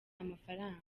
amafaranga